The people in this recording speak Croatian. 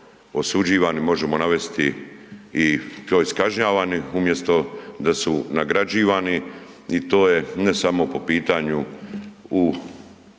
osuđivani, možemo navesti i kao i kažnjavani umjesto da su nagrađivani i to je ne samo po pitanju u